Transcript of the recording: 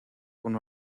con